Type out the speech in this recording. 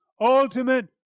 ultimate